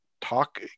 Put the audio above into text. talk